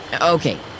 Okay